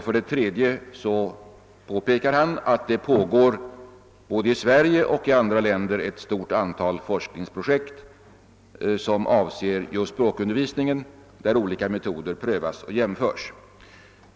För det tredje påpekar han att det pågår, både i Sverige och andra länder, ett stort antal forskningsprojekt som avser just språkundervisningen, där olika metoder prövas och jämförs.